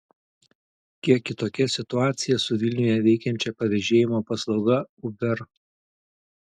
kiek kitokia situacija su vilniuje veikiančia pavežėjimo paslauga uber